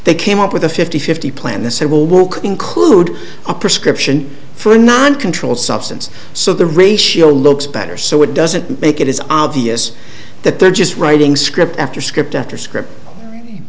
they came up with a fifty fifty plan this they will work include a prescription for a non controlled substance so the ratio looks better so it doesn't make it is obvious that they're just writing scripts after